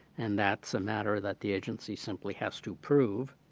and that's a matter that the agency simply has to prove.